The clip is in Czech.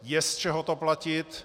Je z čeho to platit.